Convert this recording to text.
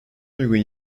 uygun